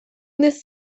this